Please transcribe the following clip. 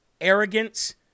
arrogance